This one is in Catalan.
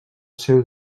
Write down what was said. seu